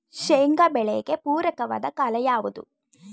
ಶೇಂಗಾ ಬೆಳೆಗೆ ಪೂರಕವಾದ ಕಾಲ ಯಾವುದು?